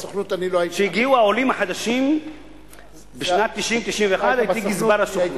כשהגיעו העולים החדשים ב-1990 1991 הייתי גזבר הסוכנות,